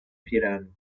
firanki